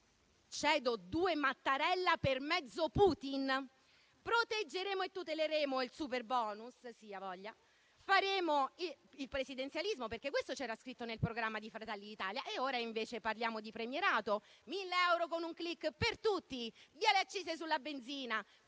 cedo due Mattarella per mezzo Putin; proteggeremo e tuteleremo il superbonus - sì, certo - faremo il presidenzialismo - questo c'era scritto nel programma di Fratelli d'Italia, mentre ora parliamo di premierato - 1.000 euro con un *click* per tutti, via le accise sulla benzina;